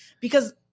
Because-